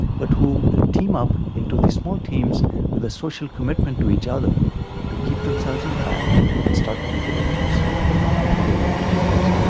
but who team up into these small teams with a social commitment to each other to keep themselves on track and start to make a difference to their own behaviours.